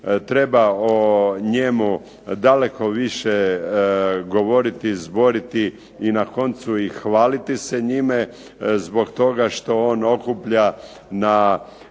treba o njemu daleko više govoriti, zboriti, i na koncu i hvaliti se njime, zbog toga što on okuplja na